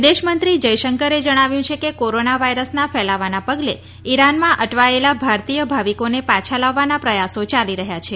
વિદેશમંત્રી જયશંકરે જણાવ્યું છે કે કોરોના વાઈરસના ફેલાવાના પગલે ઈરાનમાં અટવાયેલા ભારતીય ભાવિકોને પાછા લાવવાના પ્રયાસો ચાલી રહ્યા છે